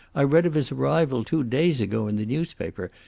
i read of his arrival two days ago in the newspaper.